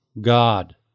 God